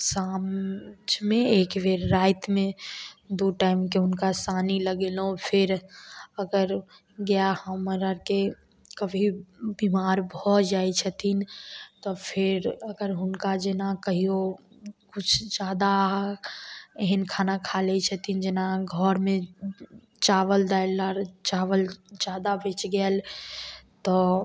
साँझमे एकबेर रातिमे दू टाइमके हुनका सानी लगेलहुॅं फेर अगर गाय हमर आरके कभी बिमार भऽ जाइ छथिन तऽ फेर अगर हुनका जेना कहियो किछु जादा एहन खाना खा लै छथिन जेना घरमे चावल दालि आर चावल जादा बैच गेल तऽ